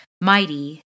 Mighty